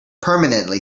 permanently